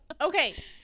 Okay